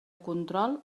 control